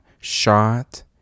shot